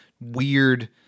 weird